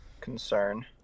concern